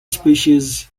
species